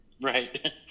Right